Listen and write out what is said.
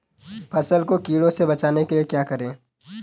फसल को कीड़ों से बचाने के लिए क्या करें?